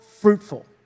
fruitful